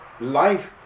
life